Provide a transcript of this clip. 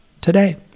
today